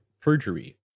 perjury